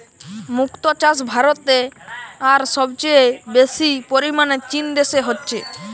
মুক্তো চাষ ভারতে আর সবচেয়ে বেশি পরিমাণে চীন দেশে হচ্ছে